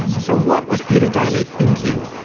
so what was peter daly thinking?